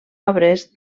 obres